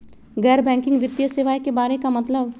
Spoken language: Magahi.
गैर बैंकिंग वित्तीय सेवाए के बारे का मतलब?